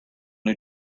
new